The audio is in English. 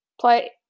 play